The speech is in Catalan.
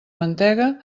mantega